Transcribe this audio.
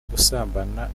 gusambana